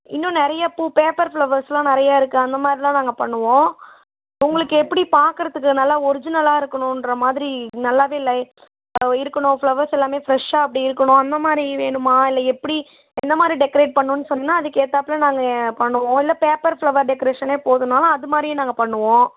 இன்னும் நிறைய பூ பேப்பர் ஃப்ளவர்ஸெலாம் நிறைய இருக்குது அந்த மாதிரிலாம் நாங்கள் பண்ணுவோம் உங்களுக்கு எப்படி பார்க்குறதுக்கு நல்லா ஒர்ஜினலாக இருக்கணும்ற மாதிரி நல்லாவே லை இருக்கணும் ஃப்ளவர்ஸ் எல்லாமே ஃப்ரெஷ்ஷாக அப்படி இருக்கணும் அந்த மாதிரி வேணுமா இல்லை எப்படி என்ன மாதிரி டெக்கரேட் பண்ணணுன்னு சொன்னால் அதுக்கு ஏற்றாப்ல நாங்கள் பண்ணுவோம் இல்லை பேப்பர் ஃப்ளவர் டெக்கரேஷனே போதுனாலும் அது மாதிரியும் நாங்கள் பண்ணுவோம்